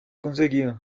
conseguido